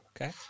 Okay